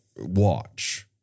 watch